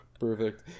Perfect